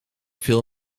veel